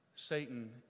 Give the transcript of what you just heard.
satan